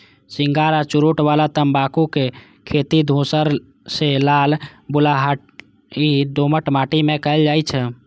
cigar आ चुरूट बला तंबाकू के खेती धूसर सं लाल बलुआही दोमट माटि मे कैल जाइ छै